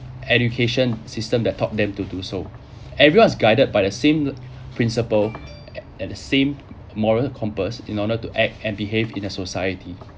education system that taught them to do so everyone's guided by the same principle at the same moral compass in order to act and behave in a society